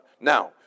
Now